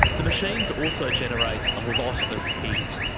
the machines also generate a lot of heat,